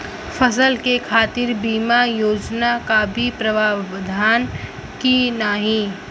फसल के खातीर बिमा योजना क भी प्रवाधान बा की नाही?